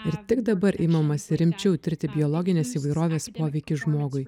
ir tik dabar imamasi rimčiau tirti biologinės įvairovės poveikį žmogui